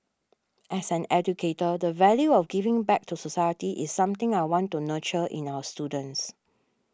as an educator the value of giving back to society is something I want to nurture in our students